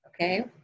okay